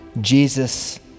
Jesus